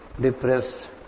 depressed